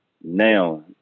now